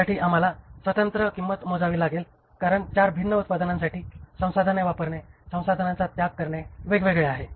त्यासाठी आम्हाला स्वतंत्र किंमत मोजावी लागेल कारण 4 भिन्न उत्पादनांसाठी संसाधने वापरणे संसाधनांचा त्याग करणे वेगवेगळे आहे